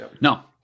No